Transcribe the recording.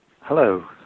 Hello